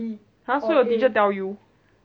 !huh! so your teacher tell you